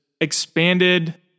expanded